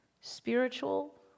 spiritual